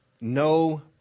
no